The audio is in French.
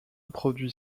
produit